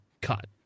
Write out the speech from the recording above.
cut